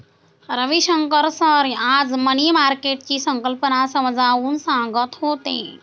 Ravishankar sir आज money मार्केटची संकल्पना समजावून सांगत होते